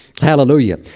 Hallelujah